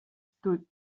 stood